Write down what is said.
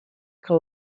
que